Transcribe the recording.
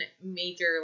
major